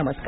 नमस्कार